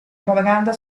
propaganda